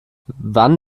wann